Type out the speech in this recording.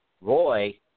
Roy